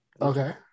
Okay